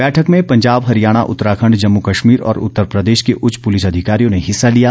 बैठक में पंजाब हरियाणा उत्तराखंड जम्मू कश्मीर और उत्तर प्रदेश के उच्च पुलिस अधिकारियों ने हिस्सा लिया